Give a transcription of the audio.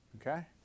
okay